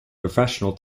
professional